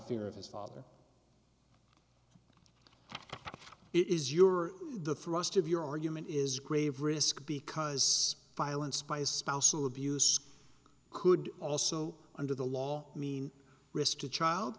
fear of his father it is your the thrust of your argument is grave risk because violence by spousal abuse could also under the law mean risk to child